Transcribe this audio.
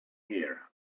here